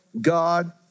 God